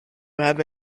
have